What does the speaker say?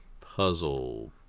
puzzle